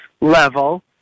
level